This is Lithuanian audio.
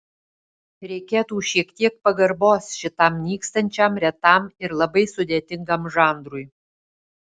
reikėtų šiek tiek pagarbos šitam nykstančiam retam ir labai sudėtingam žanrui